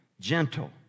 gentle